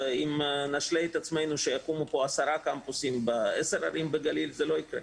אם נשלה את עצמנו שיקומו פה עשרה קמפוסים ב-10 ערים בגליל זה לא יקרה.